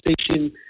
Station